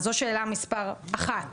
זאת שאלה מספר אחת.